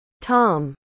Tom